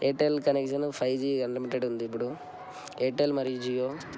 Airtel connection five G unlimited ఉంది ఇప్పుడు Airtel మరియు జియో